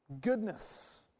Goodness